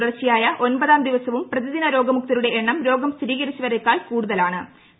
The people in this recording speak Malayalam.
തുടർച്ചയായ ഒൻപതാം ദിവസവും പ്രതിദിന രോഗമുക്തരുടെ എണ്ണം രോഗം സ്ഥിരീകരിച്ചവരെക്കാൾ കൂടുതൽ ആണ്